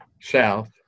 south